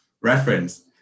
reference